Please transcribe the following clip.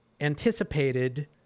anticipated